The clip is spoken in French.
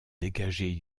dégagée